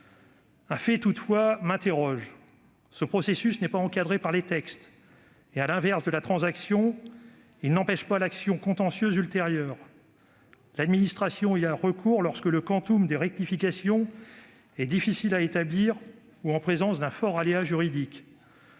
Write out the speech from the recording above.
Un fait, toutefois, suscite une interrogation : ce processus n'est pas encadré par les textes et, à l'inverse de la transaction, il n'empêche pas l'action contentieuse ultérieure. L'administration y a recours lorsque le quantum des rectifications est difficile à établir ou lorsqu'il existe un fort aléa juridique.